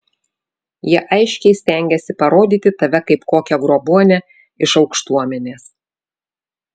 jie aiškiai stengiasi parodyti tave kaip kokią grobuonę iš aukštuomenės